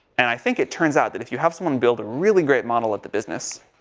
and i think it turns out that if you have someone build a really great model of the business.